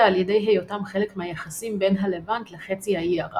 על ידי היותם חלק מהיחסים בין הלבנט לחצי האי ערב.